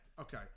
Okay